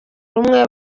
rumwe